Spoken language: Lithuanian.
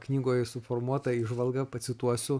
knygoj suformuotą įžvalgą pacituosiu